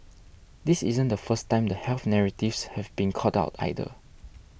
this isn't the first time the health narratives have been called out either